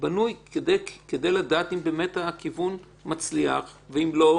בנוי כדי לדעת אם הכיוון מצליח ואם לא,